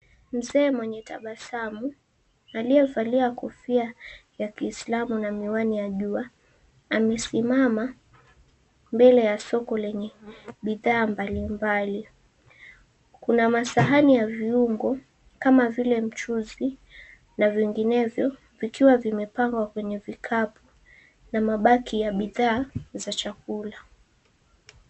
Mzee mwenye tabasamu, aliyevalia kofia ya kiislamu na miwani ya jua, amesimama mbele ya soko lenye bidhaa mbali mbali. Kuna masahani ya viungo kama vile mchuzi na vinginevyo, vikiwa vimepangwa kwenye vikapu na mabaki ya bidhaa za chakula.